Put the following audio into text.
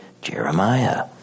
Jeremiah